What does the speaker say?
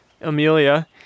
Amelia